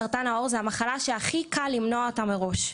סרטן העור היא המחלה שהכי קל למנוע אותה מראש,